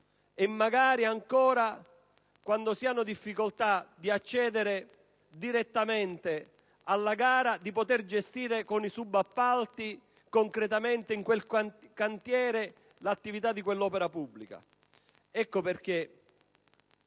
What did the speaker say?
e magari ancora, quando si hanno difficoltà ad accedere direttamente alla gara, a gestire concretamente con i subappalti in quel cantiere l'attività di quell'opera pubblica. Ecco perché